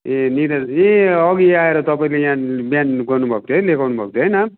ए निरज ए अघि यहाँ आएर तपाईँले यहाँ बिहान गर्नु भएको थियो है लेखाउनु भएको थियो है नाम